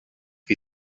wie